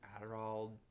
adderall